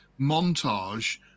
montage